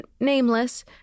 nameless